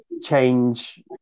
change